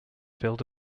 field